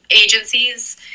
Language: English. agencies